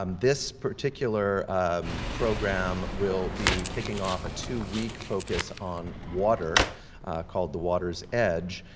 um this particular program will be kicking off a two-week focus on water called the water's edge.